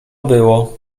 było